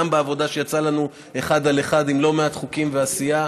גם בעבודה שיצא לנו לעבוד אחד על אחד על לא מעט חוקים ועשייה,